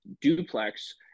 duplex